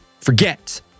forget